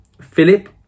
Philip